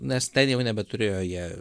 nes ten jau nebeturėjo jie